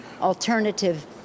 alternative